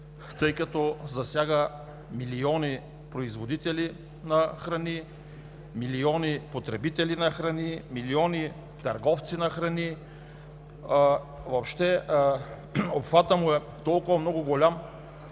тъй като засяга милиони производители на храни, милиони потребители на храни, милиони търговци на храни. Обхватът му е толкова голям,